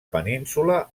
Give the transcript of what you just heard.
península